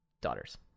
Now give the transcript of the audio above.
daughters